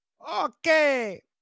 Okay